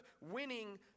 winning